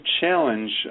challenge